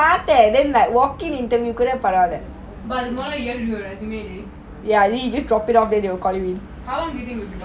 but you have to do your resume how long you think will it